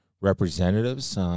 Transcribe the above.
representatives